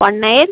one nine